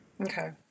Okay